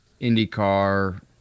IndyCar